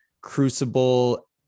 crucible